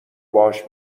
باهاش